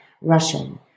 Russian